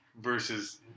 versus